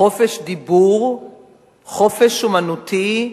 חופש דיבור וחופש אמנותי.